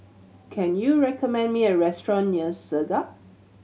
can you recommend me a restaurant near Segar